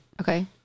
Okay